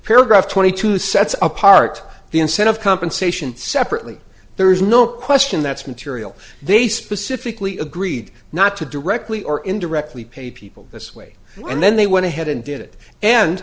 paragraph twenty two sets up part the incentive compensation separately there is no question that's material they specifically agreed not to directly or indirectly pay people this way and then they went ahead and did it and